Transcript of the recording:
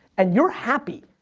and you're happy.